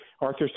arthur